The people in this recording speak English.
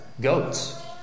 Goats